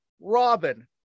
Robin